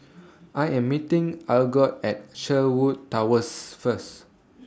I Am meeting Algot At Sherwood Towers First